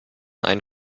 ein